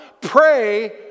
Pray